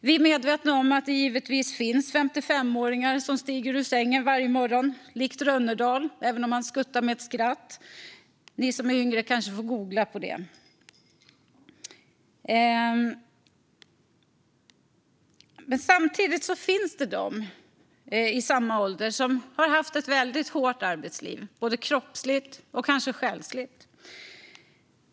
Vi är medvetna om att det finns 55-åringar som likt Rönnerdahl skuttar med ett skratt ur sängen varje morgon - ni yngre får kanske googla på det. Men samtidigt finns det de i samma ålder som har haft ett hårt arbetsliv både kroppsligt och själsligt.